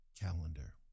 calendar